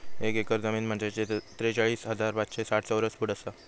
एक एकर जमीन म्हंजे त्रेचाळीस हजार पाचशे साठ चौरस फूट आसा